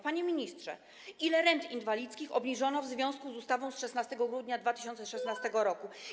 Panie ministrze, ile rent inwalidzkich obniżono w związku z ustawą z 16 grudnia 2016 r.